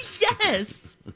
Yes